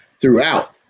throughout